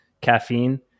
caffeine